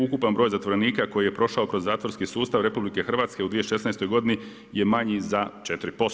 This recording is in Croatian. Ukupan broj zatvorenika koji je prošao kroz zatvorski sustav RH u 2016. godini je manji za 4%